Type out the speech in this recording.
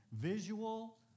visual